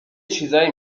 چیزایی